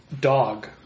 dog